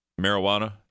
marijuana